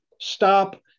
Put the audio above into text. stop